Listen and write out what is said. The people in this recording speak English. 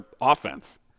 offense